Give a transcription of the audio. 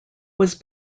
was